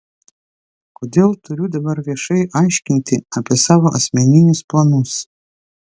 kodėl turiu dabar viešai aiškinti apie savo asmeninius planus